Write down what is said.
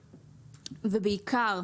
ובעיקר,